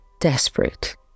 desperate